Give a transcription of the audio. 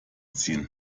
ziehen